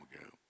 ago